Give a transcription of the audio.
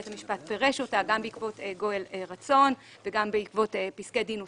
בית המשפט פירש אותה גם בעקבות גואל רצון וגם בעקבות פסקי דין נוספים.